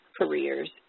careers